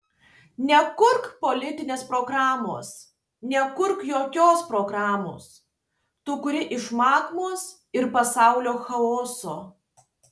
nekurk politinės programos nekurk jokios programos tu kuri iš magmos ir pasaulio chaoso